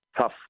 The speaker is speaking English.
tough